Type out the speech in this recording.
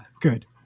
good